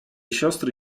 siostry